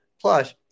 Plus